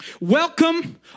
Welcome